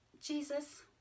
Jesus